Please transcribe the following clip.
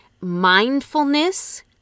mindfulness